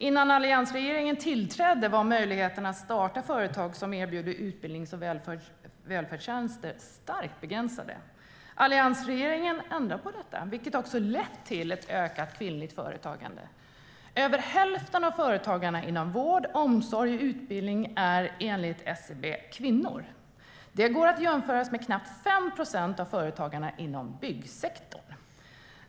Innan alliansregeringen tillträdde var möjligheterna att starta företag som erbjuder utbildnings och välfärdstjänster starkt begränsade. Alliansregeringen ändrade på detta, vilket också har lett till ett ökat kvinnligt företagande. Över hälften av företagarna inom vård, omsorg och utbildning är kvinnor, enligt SCB. Det kan jämföras med att knappt 5 procent av företagarna inom byggsektorn är kvinnor.